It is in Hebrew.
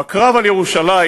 בקרב על ירושלים,